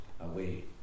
away